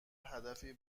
هدفی